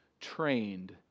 trained